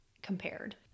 compared